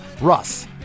Russ